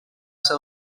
ser